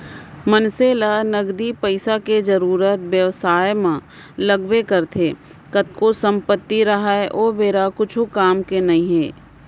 मनसे ल नगदी पइसा के जरुरत बेवसाय म लगबे करथे कतको संपत्ति राहय ओ बेरा कुछु काम के नइ हे